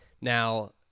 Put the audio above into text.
Now